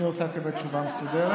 אם היא רוצה לקבל תשובה מסודרת,